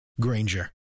Granger